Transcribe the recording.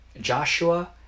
Joshua